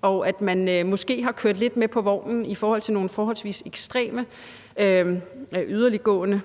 og at man måske har kørt lidt med på vognen i forhold til nogle forholdsvis ekstreme og yderliggående